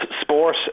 sport